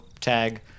tag